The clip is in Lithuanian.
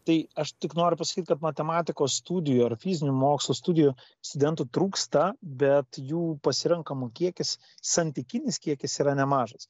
tai aš tik noriu pasakyt kad matematikos studijų ar fizinių mokslų studijų studentų trūksta bet jų pasirenkamų kiekis santykinis kiekis yra nemažas